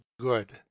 good